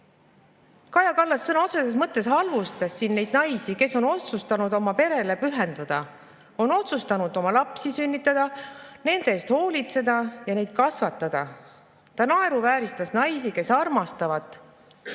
Kaja Kallas sõna otseses mõttes halvustas siin neid naisi, kes on otsustanud oma perele pühenduda, on otsustanud lapsi sünnitada, nende eest hoolitseda ja neid kasvatada. Ta naeruvääristas naisi, kes armastavad